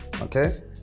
Okay